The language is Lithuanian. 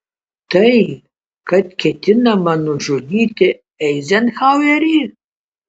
tai kad ketinama nužudyti eizenhauerį